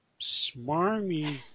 smarmy